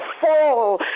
fall